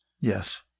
yes